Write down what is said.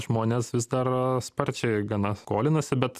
žmonės vis dar sparčiai gana skolinasi bet